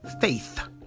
faith